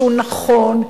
שהוא נכון.